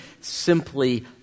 simply